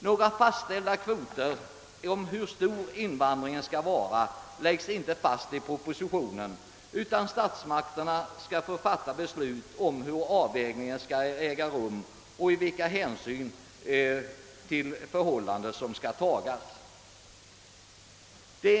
Några fastställda kvoter för invandringen föreslås inte i propositionen utan statsmakterna får fatta beslut om hur avvägningen skall göras och vilka hänsyn som skall tas till olika förhållanden.